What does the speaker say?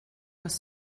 was